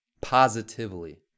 positively